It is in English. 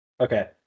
Okay